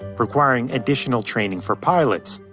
requiring additional training for pilots.